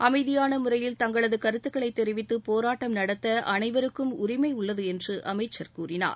அமைதியான முறையில் தங்களது கருத்துக்களை தெரிவித்து போராட்டம் நடத்த அனைவருக்கும் உரிமை உள்ளது என்று அமைச்சர் கூறினார்